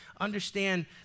Understand